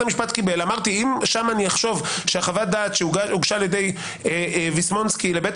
אמרתי: אם אחשוב שחוות הדעת שהוגשה על ידי ויסמונסקי לבית